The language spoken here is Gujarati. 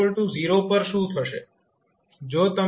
તો સમય t0 પર શું થશે